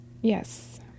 Yes